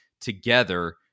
together